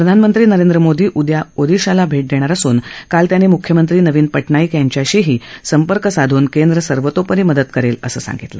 प्रधानमंत्री नंरेद्र मोदी उद्या ओदिशाला भेट देणार असून काल त्यांनी मुख्यमंत्री नवीन पटनाईक यांच्याशीही संपर्क साधून केंद्र सर्वतोपरी मदत करेल असं सांगितलं